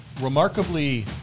Remarkably